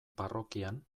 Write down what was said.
parrokian